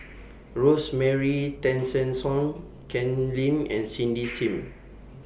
Rosemary Tessensohn Ken Lim and Cindy SIM